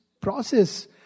process